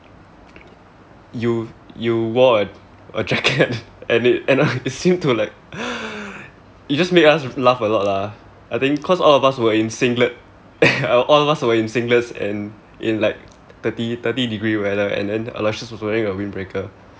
you you wore a a jacket and it uh it seemed to like you just made us laugh a lot lah I think cause all of us were in singlet all of us were in singlets and in like thirty thirty degree weather and then aloysius was wearing a windbreaker